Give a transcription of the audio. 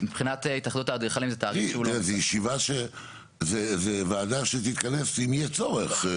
מבחינת התאחדות האדריכלים זה --- תראה זו ועדה שתתכנס אם יהיה צורך.